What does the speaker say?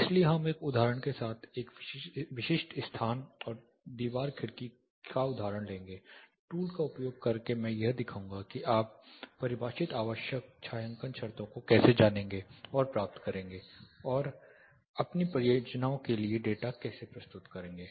इसलिए हम एक उदाहरण के लिए एक विशिष्ट स्थान और दीवार खिड़की का उदाहरण लेंगे उपकरण का उपयोग करके मैं यह दिखाऊंगा कि आप परिभाषित आवश्यक छायांकन शर्तों को कैसे जानेंगे और प्राप्त करेंगे और अपनी परियोजनाओं के लिए डेटा कैसे प्रस्तुत करेंगे